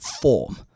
form